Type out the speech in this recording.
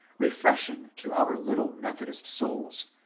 refresh ing to our little methodist souls,